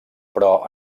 però